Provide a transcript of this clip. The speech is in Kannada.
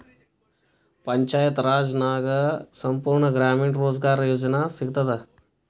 ಪಂಚಾಯತ್ ರಾಜ್ ನಾಗ್ ಸಂಪೂರ್ಣ ಗ್ರಾಮೀಣ ರೋಜ್ಗಾರ್ ಯೋಜನಾ ಸಿಗತದ